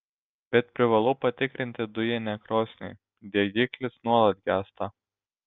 bet privalau patikrinti dujinę krosnį degiklis nuolat gęsta